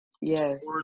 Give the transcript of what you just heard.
Yes